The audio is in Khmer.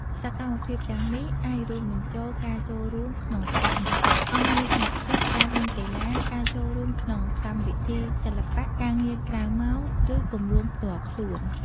សកម្មភាពទាំងនេះអាចរួមបញ្ចូលការចូលរួមក្នុងក្លឹបនិស្សិត ការងារស្ម័គ្រចិត្ត ការលេងកីឡា ការចូលរួមក្នុងកម្មវិធីសិល្បៈ ការងារក្រៅម៉ោង ឬគម្រោងផ្ទាល់ខ្លួន។